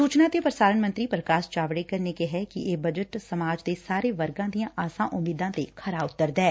ਸੁਚਨਾ ਤੇ ਪ੍ਰਸਾਰਣ ਮੰਤਰੀ ਪੁਕਾਸ਼ ਜਾਵੜੇਕਰ ਨੇ ਕਿਹੈ ਕਿ ਇਹ ਬਜਟ ਸਮਾਜ ਦੇ ਸਾਰੇ ਵਰਗਾਂ ਦੀਆਂ ਆਸਾ ਉਮੀਦਾਂ ਤੇ ਖਰਾ ਉਤਰਦਾ ਐ